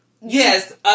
Yes